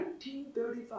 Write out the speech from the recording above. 1935